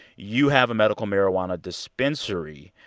you have a medical marijuana dispensary.